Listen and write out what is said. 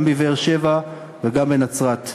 גם בבאר-שבע וגם בנצרת.